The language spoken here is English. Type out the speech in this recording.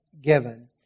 given